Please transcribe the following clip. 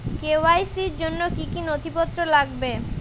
KYC র জন্য কি কি নথিপত্র লাগবে?